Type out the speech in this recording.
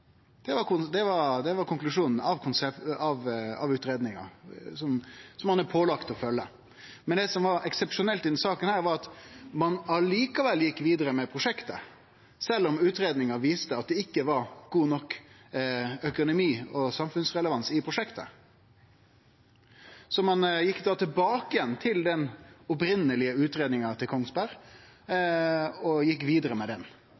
Det var konklusjonen etter utgreiinga, som ein er pålagd å følgje. Men det som var eksepsjonelt i denne saka, var at ein gjekk vidare med prosjektet sjølv om utgreiinga viste at det ikkje var god nok økonomi og samfunnsrelevans i det. Så da gjekk ein tilbake til den opphavlege utgreiinga til Kongsberg og gjekk vidare med den.